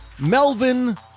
Melvin